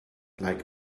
like